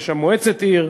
יש שם מועצת עיר,